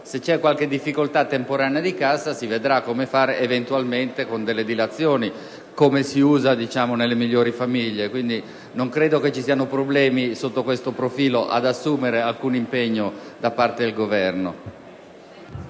Se vi è qualche difficoltà temporanea di cassa si vedrà come fare eventualmente con delle dilazioni, come si usa - diciamo - nelle migliori famiglie. Non credo vi siano problemi sotto questo profilo ad assumere alcun impegno da parte del Governo.